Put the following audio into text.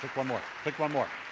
one more, pick one more.